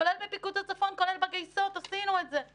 כולל בפיקוד הצפון, כולל בגייסות, עשינו את זה.